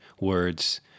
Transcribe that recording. words